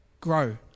grow